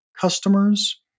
customers